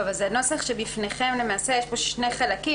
בנוסח שלפניכם יש שני חלקים.